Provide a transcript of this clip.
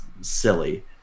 silly